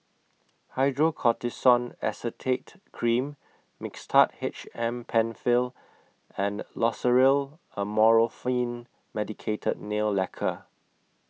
Hydrocortisone Acetate Cream Mixtard H M PenFill and Loceryl Amorolfine Medicated Nail Lacquer